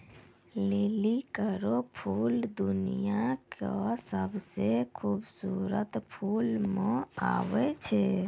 लिली केरो फूल दुनिया क सबसें खूबसूरत फूल म आबै छै